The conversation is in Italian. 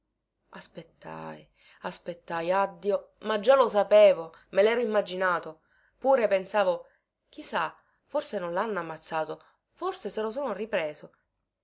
aspettai aspettai ah dio ma già lo sapevo me lero immaginato pure pensavo chi sa forse non lhanno ammazzato forse se lo sono ripreso